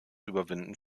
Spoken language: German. überwinden